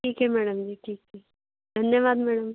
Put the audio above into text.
ठीक है मैडम जी ठीक है धन्यवाद मैडम